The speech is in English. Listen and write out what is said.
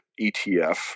ETF